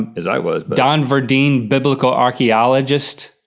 as i was. don verdean, biblical archaeologist.